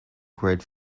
great